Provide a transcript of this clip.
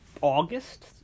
August